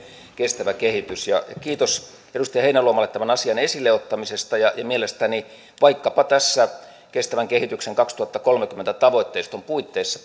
kestävä kehitys kiitos edustaja heinäluomalle tämän asian esille ottamisesta ja ja mielestäni vaikkapa tässä kestävän kehityksen kaksituhattakolmekymmentä tavoitteiston puitteissa